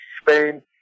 Spain